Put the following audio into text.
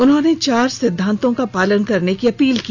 उन्होंने चार सिद्धांतों का पालन करने की अपील की